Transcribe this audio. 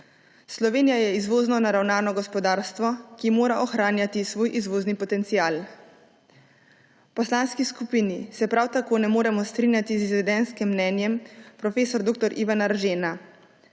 Slovenija je izvozno naravnano gospodarstvo, ki mora ohranjati svoj izvozni potencial. V poslanski skupini se prav tako ne moremo strinjati z izvedenskim mnenjem prof. dr. Ivana Eržena.